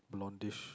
blondish